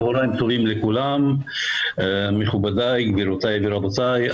צהריים טובים לכולם, מכובדיי, גבירותיי ורבותיי.